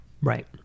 Right